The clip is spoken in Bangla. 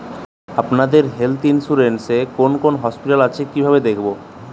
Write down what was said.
আপনাদের হেল্থ ইন্সুরেন্স এ কোন কোন হসপিটাল আছে কিভাবে দেখবো?